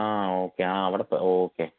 ആ ഓക്കെ ആ അവിടുത്തെ ഓക്കെ